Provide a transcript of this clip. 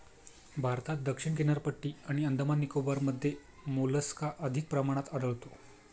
भारतात दक्षिण किनारपट्टी आणि अंदमान निकोबारमध्ये मोलस्का अधिक प्रमाणात आढळतो